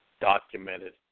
documented